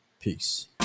Peace